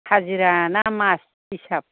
हाजिरा ना मास हिसाब